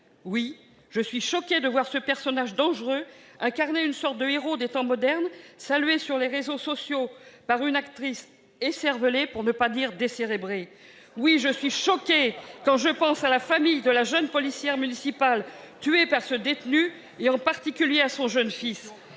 Oui, je suis choquée de voir ce personnage dangereux incarner aux yeux de certains une sorte de héros des temps modernes et être salué sur les réseaux sociaux par une actrice écervelée, pour ne pas dire décérébrée ! Oui, je suis choquée, quand je pense à la famille de la jeune policière municipale tuée par cet homme, et en particulier à son jeune fils